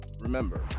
Remember